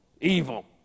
Evil